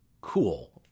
cool